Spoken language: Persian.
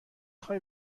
خوای